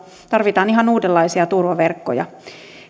tarvitaan ihan uudenlaisia turvaverkkoja